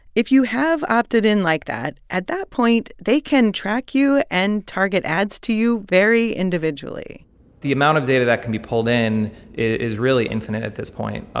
if you have opted in like that, at that point, they can track you and target ads to you very individually the amount of data that can be pulled in is really infinite at this point.